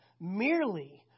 merely